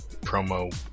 promo